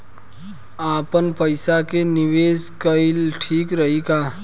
आपनपईसा के निवेस कईल ठीक रही का?